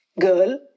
Girl